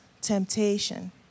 temptation